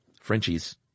Frenchies